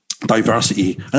Diversity